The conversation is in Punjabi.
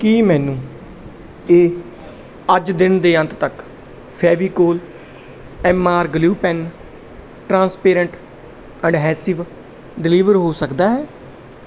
ਕੀ ਮੈਨੂੰ ਇਹ ਅੱਜ ਦਿਨ ਦੇ ਅੰਤ ਤੱਕ Fevicol M R glue pen transparent adhesive deliver ਹੋ ਸਕਦਾ ਹੈ